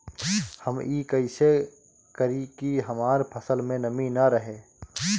हम ई कइसे करी की हमार फसल में नमी ना रहे?